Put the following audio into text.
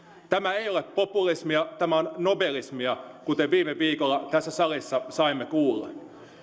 tämä ei ole populismia tämä on nobelismia kuten viime viikolla tässä salissa saimme kuulla